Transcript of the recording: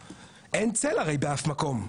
אין צל הרי באף מקום.